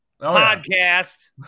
podcast